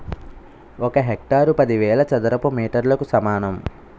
ఒక హెక్టారు పదివేల చదరపు మీటర్లకు సమానం